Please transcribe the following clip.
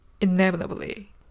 inevitably